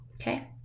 Okay